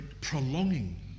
prolonging